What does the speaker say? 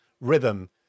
rhythm